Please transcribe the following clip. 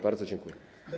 Bardzo dziękuję.